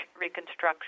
reconstruction